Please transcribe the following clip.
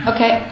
Okay